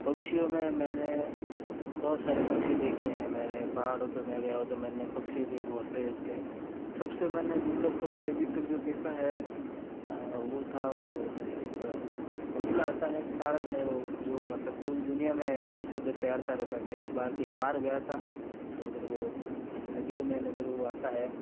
पक्षियों में मैंने बहुत सारे पक्षी देखे हैं मैंने पहाड़ों पर मैं गया हुआ था मैंने पक्षियों के घोंसलें देखे थे सबसे मैंने दुर्लभ पक्षी अभी तक जो देखा है वो था वो एक बगुला आता है सारस है वो जो मतलब पूरी दुनिया में इधर से उधर तैरता रहता है मैं एक बार कहीं बाहर गया था तो उधर वो नदियों में उधर वो आता है